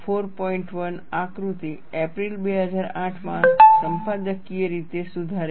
1 આકૃતિ એપ્રિલ 2008 માં સંપાદકીય રીતે સુધારેલ છે